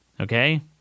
okay